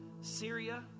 Syria